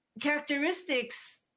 characteristics